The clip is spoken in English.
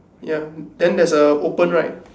ya then there's a open right